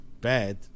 bad